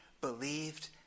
believed